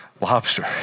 lobster